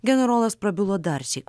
generolas prabilo darsyk